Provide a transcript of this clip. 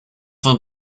von